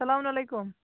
سلام علیکُم